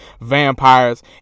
vampires